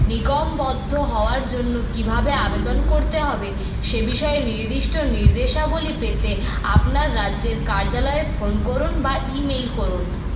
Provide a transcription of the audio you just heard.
নিগমবদ্ধ হওয়ার জন্য কিভাবে আবেদন করতে হবে সে বিষয়ে নির্দিষ্ট নির্দেশাবলী পেতে আপনার রাজ্যের কার্যালয়ে ফোন করুন বা ইমেইল করুন